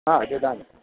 हा ददामि